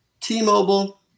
T-Mobile